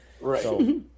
Right